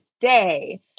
day